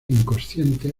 inconsciente